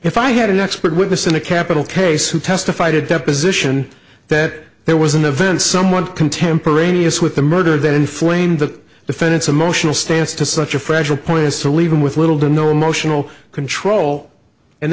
if i had an expert witness in a capital case who testified a deposition that there was an event someone contemporaneous with the murder that inflamed the defendant's emotional status to such a fragile point as to leave him with little to no emotional control and